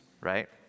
right